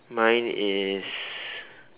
mine is